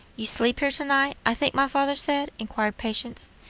you sleep here to-night, i think my father said? inquired patience.